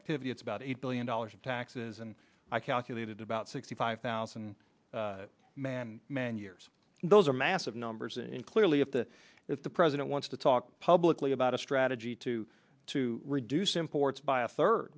activity it's about eight billion dollars in taxes and i calculated about sixty five thousand man man years those are massive numbers in clearly if the the president wants to talk publicly about a strategy to to reduce imports by a third